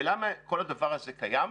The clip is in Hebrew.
ולמה כל הדבר הזה קיים?